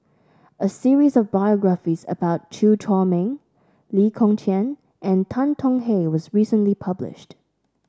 a series of biographies about Chew Chor Meng Lee Kong Chian and Tan Tong Hye was recently published